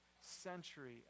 century